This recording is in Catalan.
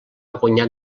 guanyat